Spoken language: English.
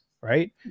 right